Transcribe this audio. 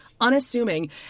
Unassuming